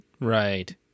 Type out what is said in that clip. Right